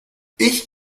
ich